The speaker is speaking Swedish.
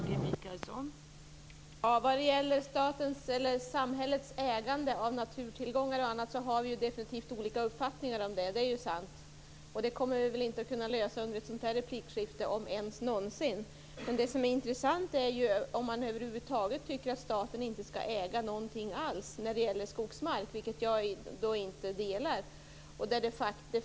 Fru talman! Vad gäller statens, eller samhällets, ägande av naturtillgångar och annat, så har vi definitivt olika uppfattningar, det är sant. Det kommer vi väl inte att kunna lösa under ett sådant här replikskifte - om ens någonsin. Det som är intressant är ju om man tycker att staten över huvud taget inte skall äga någonting när det gäller skogsmark. Den uppfattningen delar jag inte.